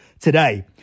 today